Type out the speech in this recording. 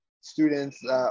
students